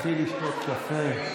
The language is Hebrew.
לכי לשתות קפה.